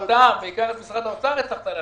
בעיקר את משרד האוצר הצלחת.